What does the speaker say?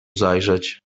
zajrzeć